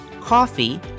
coffee